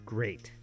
Great